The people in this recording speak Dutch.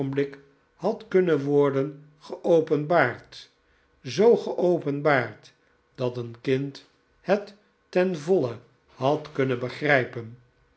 oogenblik had kunnen worden geopenbaard zoo geopenbaard dat een kind het ten voile had kunnen begrijpen